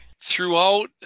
Throughout